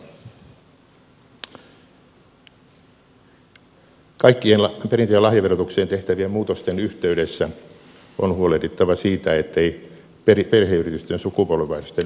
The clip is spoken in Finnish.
kaikkien perintö ja lahjaverotukseen tehtävien muutosten yhteydessä on huolehdittava siitä ettei perheyritysten sukupolvenvaihdosten verotus kiristy